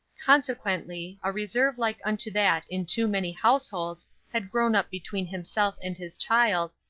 consequently a reserve like unto that in too many households had grown up between himself and his child,